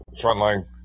frontline